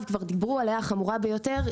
החמורה ביותר,